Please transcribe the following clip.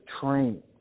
trained